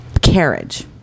Carriage